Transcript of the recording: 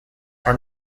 are